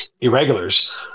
irregulars